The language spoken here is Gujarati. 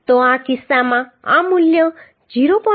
તો આ કિસ્સામાં આ મૂલ્ય 0